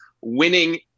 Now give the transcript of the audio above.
Winning